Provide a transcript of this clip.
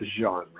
genre